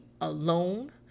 alone